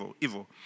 evil